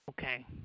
Okay